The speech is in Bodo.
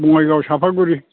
बङाइगाव सापागुरि